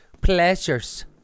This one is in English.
pleasures